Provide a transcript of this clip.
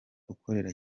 ukorera